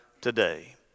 today